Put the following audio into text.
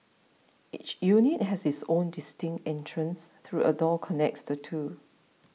each unit has its own distinct entrance through a door connects the two